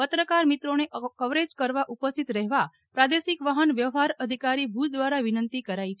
પત્રકાર મિત્રોને કવરેજ કરવા ઉપસ્થિત રહેવા પ્રાદેશિક વાહન વ્યવહાર અધિકારીભુજ દ્વારા વિનંતી કરાઇ છે